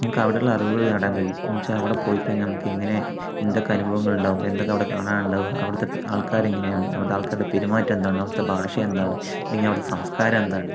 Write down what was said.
നമുക്ക് അവിടെ ഉള്ള അറിവുകള് നേടാൻ കഴിയും എന്താച്ചാ അവിടെ പോയിക്കഴിഞ്ഞാൽ നമുക്ക് എങ്ങനെ എന്തൊക്കെ അനുഭവങ്ങൾ ഉണ്ടാവും എന്തൊക്കെ അവിടെ കാണാൻ ഉണ്ടാവുക അവിടത്തെ ആൾക്കാരെങ്ങനെയാണ് അവിടെത്തെ ആൾക്കാരുടെ പെരുമാറ്റം എന്താണ് അവിടുത്തെ ഭാഷ എന്താണ് അല്ലെങ്കിൽ അവിടുത്തെ സംസ്കാരം എന്താണ്